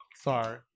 Sorry